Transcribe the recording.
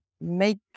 make